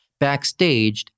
Backstaged